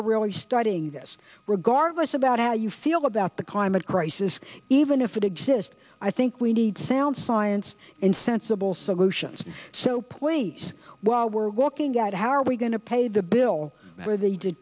are really starting this regardless about how you feel about the climate crisis even if it exists i think we need sound science and sensible solutions so please while we're looking at how are we going to pay the bill for the